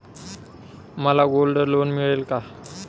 मला gold loan मिळेल का?